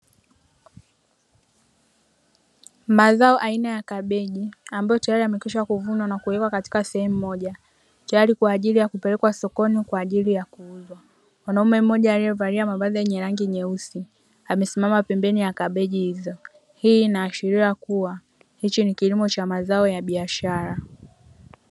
Mazao aina ya kabichi ambayo tayari yamekwisha kuvunwa na kuwekwa katika sehemu moja tayari kwa ajili ya kupelekwa sokoni kwa ajili ya kuuzwa. Mwanaume mmoja aliyevalia mavazi yenye rangi nyeusi amesimama pembeni ya kabichi hizo. Hii inaashiria kuwa hichi ni kilimo cha mazao ya biashara.